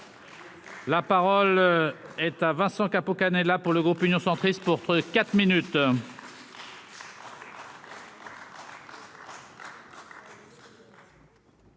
La parole est à Vincent Capo Canellas pour le groupe Union centriste pour trois